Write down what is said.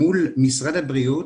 מול משרד הבריאות